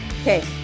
Okay